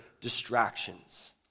distractions